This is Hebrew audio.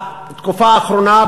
בתקופה האחרונה,